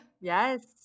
Yes